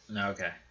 Okay